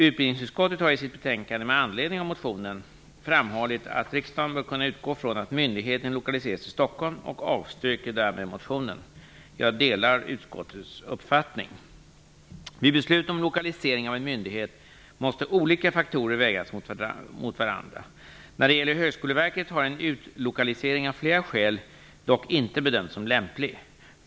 Utbildningsutskottet har i sitt betänkande med anledning av motionen framhållit att riksdagen bör kunna utgå från att myndigheten lokaliseras till Stockholm och avstyrker därmed motionen. Jag delar utskottets uppfattning. Vid beslut om lokalisering av en myndighet måste olika faktorer vägas mot varandra. När det gäller Högskoleverket har en utlokalisering av flera skäl dock inte bedömts som lämplig.